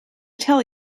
tell